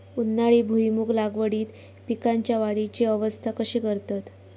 उन्हाळी भुईमूग लागवडीत पीकांच्या वाढीची अवस्था कशी करतत?